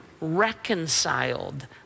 reconciled